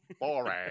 Boring